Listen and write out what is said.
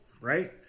right